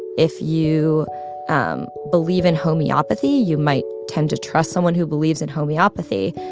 if you um believe in homeopathy, you might tend to trust someone who believes in homeopathy.